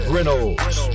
Reynolds